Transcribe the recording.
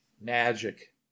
Magic